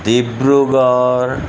Dibrugarh